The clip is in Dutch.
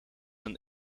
een